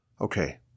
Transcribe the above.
Okay